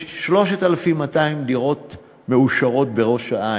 יש 3,200 דירות מאושרות בראש-העין.